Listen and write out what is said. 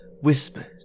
whispered